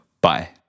Bye